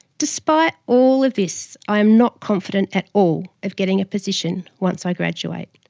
despite all of this, i am not confident at all of getting a position once i graduate.